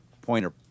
pointer